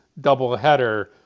doubleheader